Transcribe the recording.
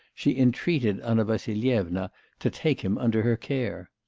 she entreated anna vassilyevna to take him under her care.